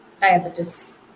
diabetes